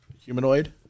humanoid